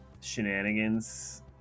shenanigans